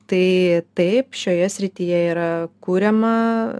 tai taip šioje srityje yra kuriama